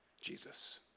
Jesus